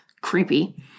creepy